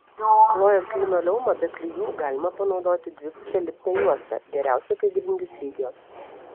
klojant linoleumą be klijų galima panaudoti dvipusę lipnią juostą geriausia kai grindys lygios